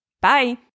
Bye